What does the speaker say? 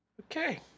okay